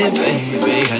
baby